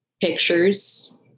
pictures